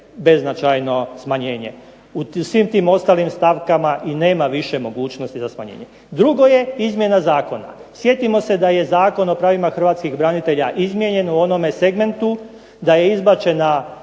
beznačajno smanjenje. U svim tim ostalim stavkama i nema više mogućnosti za smanjenje. Drugo je izmjena zakona, sjetimo se da je Zakon o pravima hrvatskih branitelja izmijenjen u onome segmentu da je ponovno